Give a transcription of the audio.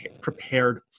prepared